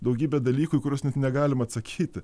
daugybę dalykų į kuriuos net negalim atsakyti